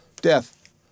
death